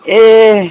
ए